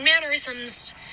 mannerisms